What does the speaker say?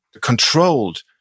controlled